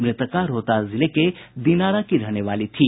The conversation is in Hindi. मृतका रोहतास जिले के दिनारा की रहने वाली थी